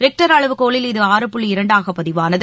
Richter அளவுகோலில் இது ஆறு புள்ளி இரண்டாக பதிவானது